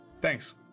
Thanks